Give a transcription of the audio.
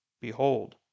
Behold